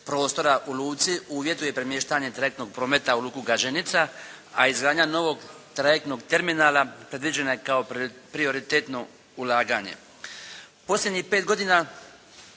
uvjetuje premještanje trajektnog prometa u luku Gaženica, a izgradnja novog trajektnog terminala predviđena je kao prioritetno ulaganje. Posljednjih pet godina